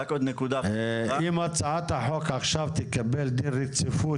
אם הצעת החוק תקבל עכשיו דין רציפות,